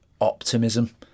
optimism